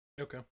Okay